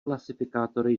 klasifikátory